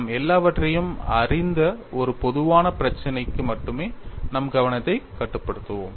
நாம் எல்லாவற்றையும் அறிந்த ஒரு பொதுவான பிரச்சினைக்கு மட்டுமே நம் கவனத்தை கட்டுப்படுத்துவோம்